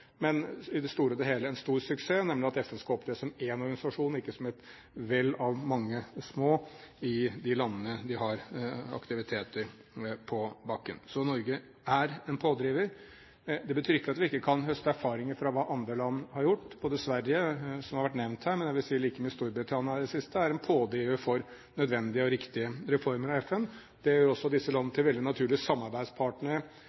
men i det store og hele har det vært en stor suksess å få FN til å opptre som én organisasjon og ikke som et vell av mange små i de landene de har aktiviteter på bakken. Så Norge er en pådriver. Det betyr ikke at vi ikke kan høste erfaringer fra hva andre land har gjort. Sverige har vært nevnt her. Men jeg vil like mye si at Storbritannia i det siste har vært pådriver for nødvendige og riktige reformer i FN. Det gjør disse landene